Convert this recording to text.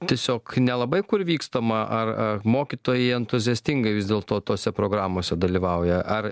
tiesiog nelabai kur vykstama ar ar mokytojai entuziastingai vis dėlto tose programose dalyvauja ar